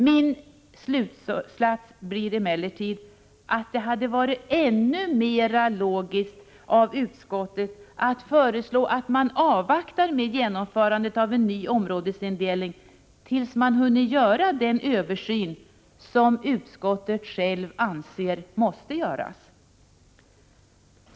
Min slutsats blir dock att det hade varit ännu mera logiskt av utskottet att föreslå att riksdagen avvaktar med genomförandet av en ny områdesindelning tills man hunnit göra den översyn som utskottet självt anser måste göras.